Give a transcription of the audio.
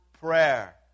prayer